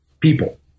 people